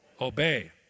Obey